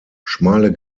schmale